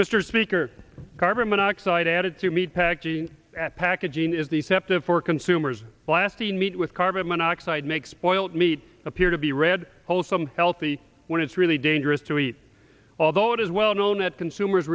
mr speaker carbon monoxide added to meet peggy at packaging is the septa for consumers blasting meat with carbon monoxide make spoiled meat appear to be red wholesome healthy when it's really dangerous to eat although it is well known that consumers